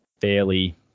fairly